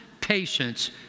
patience